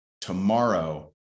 Tomorrow